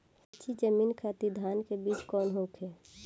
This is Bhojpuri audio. नीची जमीन खातिर धान के बीज कौन होखे?